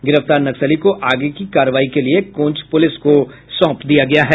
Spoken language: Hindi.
गिरफ्तार नक्सली को आगे की कार्रवाई के लिए कोंच पुलिस को सौंप दिया गया है